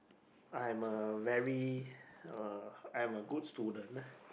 I'm a very uh I am a good student